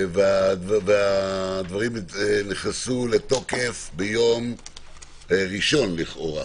הדברים נכנסו לתוקף ביום ראשון לכאורה,